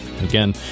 Again